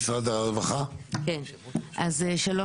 תודה רבה.